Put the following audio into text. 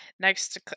next